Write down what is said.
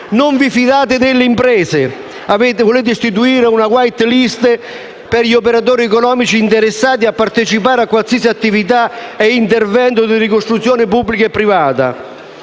Non vi fidate delle imprese, perché volete istituire una *white list* per gli operatori economici interessati a partecipare a qualsiasi attività e intervento di ricostruzione pubblica e privata;